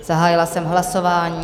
Zahájila jsem hlasování.